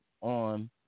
on